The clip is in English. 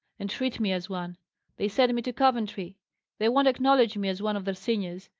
and treat me as one they send me to coventry they won't acknowledge me as one of their seniors.